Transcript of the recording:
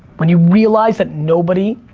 when you realize that nobody